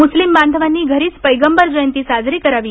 मुस्लिम बांधवांनी घरीच पैगंबर जयंती साजरी करावी